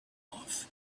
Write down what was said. off